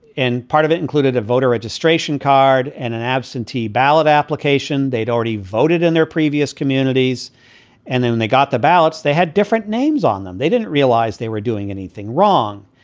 and part of it included a voter registration card and an absentee ballot application. they'd already voted in their previous communities and then they got the ballots. they had different names on them. they didn't realize they were doing anything wrong.